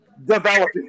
developing